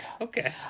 Okay